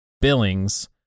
billings